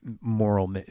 moral